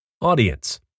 Audience